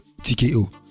TKO